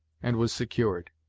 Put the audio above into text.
and was secured.